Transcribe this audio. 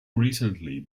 recently